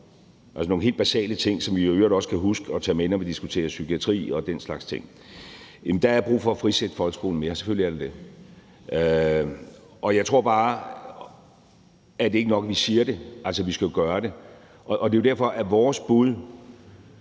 altså nogle helt basale ting, som vi i øvrigt også skal huske at have med, når vi diskuterer psykiatri og den slags ting. Der er brug for at frisætte folkeskolen mere. Selvfølgelig er der det. Jeg tror bare, at det ikke er nok, at vi siger det. Altså, vi skal jo gøre det, og det er derfor, at vores bud